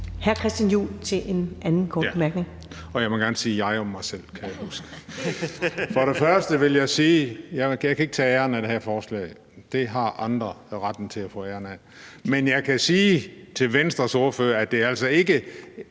jeg ikke kan tage æren for det her forslag. Det har andre retten til at tage. Men jeg kan sige til Venstres ordfører, at det altså ikke